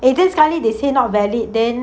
eh then sekali they say not valid then